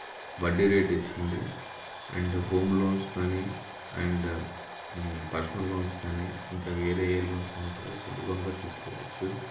వడ్డీ రేట్ ఇస్తుంది and home loans కాని అండ్ పర్సనల్ లోన్స్ కాని ఇంక వేరే ఏ లోన్స్ అయినా సరే సులభంగా తీసుకోవచ్చు